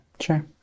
Sure